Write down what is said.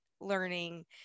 learning